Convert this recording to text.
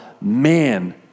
man